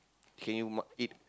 can you more eat